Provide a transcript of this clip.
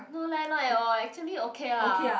no leh not at all actually okay lah